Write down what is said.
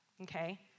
okay